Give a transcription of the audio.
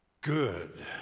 good